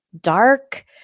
dark